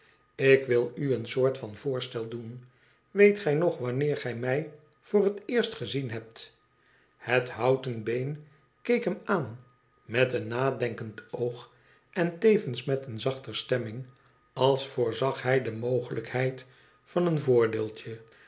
ik wil u een soort van voorstel doen weet gij nog wanneer gij mij voor het eerst gezien hebt het houten been keek hem aan met een nadenkendoog en tevens met eene zachter stemming als voorzag hij de mogelijkheid van een voordeeltje